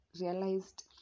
realized